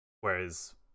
whereas